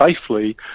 safely